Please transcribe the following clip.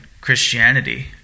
Christianity